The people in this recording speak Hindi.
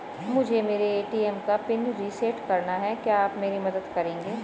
मुझे मेरे ए.टी.एम का पिन रीसेट कराना है क्या आप मेरी मदद करेंगे?